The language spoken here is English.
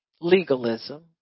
legalism